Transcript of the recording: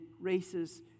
races